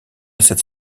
cette